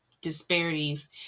disparities